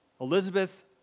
Elizabeth